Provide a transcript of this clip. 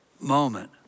moment